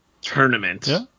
tournament